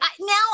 Now